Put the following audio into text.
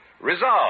Resolve